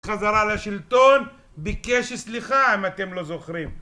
חזרה לשלטון, ביקש סליחה אם אתם לא זוכרים